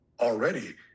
already